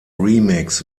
remix